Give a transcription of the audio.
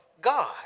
God